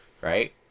right